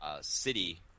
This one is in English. city